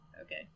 Okay